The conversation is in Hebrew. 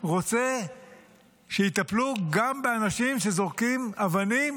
רוצה שיטפלו גם באנשים שזורקים אבנים